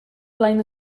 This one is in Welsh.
flaen